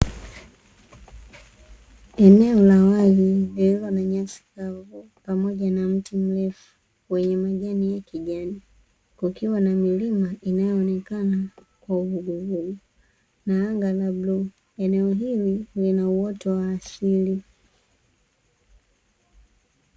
Eneo la wazi lililo na nyasi kavu pamoja na mti mrefu wenye majani ya kijani kukiwa na milima inayoonekana kwa uvuguvugu na anga la bluu, eneo hili ni la uoto wa asili.